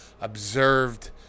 observed